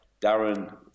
Darren